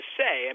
say